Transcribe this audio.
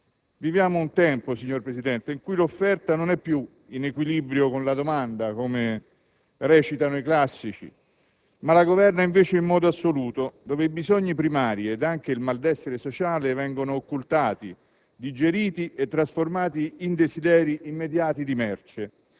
Viviamo un tempo, signor Presidente, in cui l'offerta non è più in equilibrio con la domanda, come recitano i classici, ma la governa in modo assoluto; un tempo in cui i bisogni primari e anche il malessere sociale vengono occultati, digeriti e trasformati in desideri immediati di merce,